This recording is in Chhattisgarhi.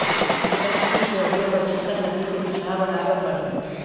कुकरा, कुकरी के रहें बर चिक्कन लकड़ी के बिछौना बनाए बर परथे